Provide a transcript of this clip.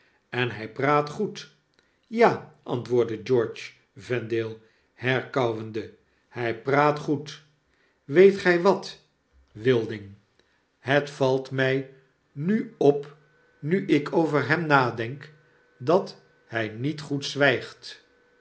en hij praat goed ja antwoordde george vendale herkauwende hij praat goed weet gij wat wilding concerted en muziek het valt mij nu op nu ik over hem nadenk dat hij niet goed zwijgt